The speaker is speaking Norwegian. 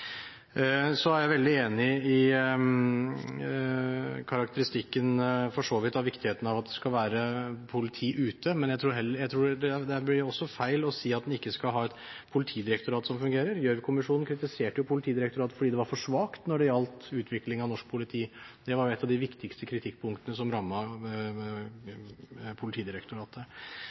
er for så vidt veldig enig i karakteristikken av viktigheten av at det skal være politi ute, men jeg tror det også blir feil å si at man ikke skal ha et politidirektorat som fungerer. Gjørv-kommisjonen kritiserte jo Politidirektoratet for at det var for svakt når det gjaldt utvikling av norsk politi. Det var et av de viktigste kritikkpunktene som